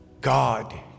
God